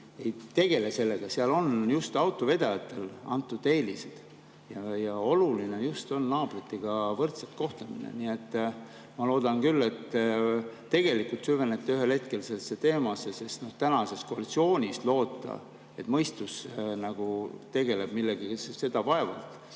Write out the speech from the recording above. tegele sellega. Seal on just autovedajatele antud eelised ja oluline on naabritega võrdselt kohtlemine. Ma loodan küll, et te tegelikult süvenete ühel hetkel sellesse teemasse, sest tänases koalitsioonis loota, et mõistus nagu tegeleb millegagi, seda vaevalt.